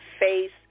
face